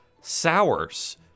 sours